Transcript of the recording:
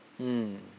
mm